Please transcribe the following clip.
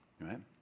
right